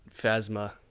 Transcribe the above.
Phasma